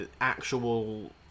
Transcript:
actual